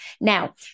Now